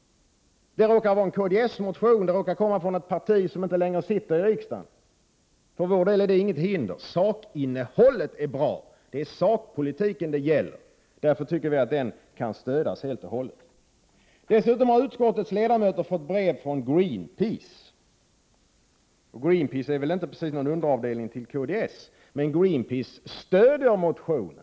Det råkar alltså vara fråga om en kds-motion, en motion från ett parti som inte längre är representerat i riksdagen. För vår del är detta inget hinder. Sakinnehållet är bra, och det är sakpolitiken det gäller. Därför tycker vi att man kan stödja denna motion helt och hållet. Dessutom har utskottets ledamöter fått brev från Greenpeace. Greenpeace är inte precis någon underavdelning till kds, men Greenpeace stöder motionen.